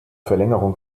verlängerung